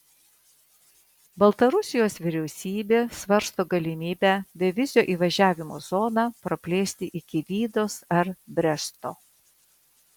baltarusijos vyriausybė svarsto galimybę bevizio įvažiavimo zoną praplėsti iki lydos ar bresto